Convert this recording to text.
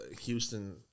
Houston